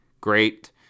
Great